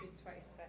twice,